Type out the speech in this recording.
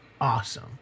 awesome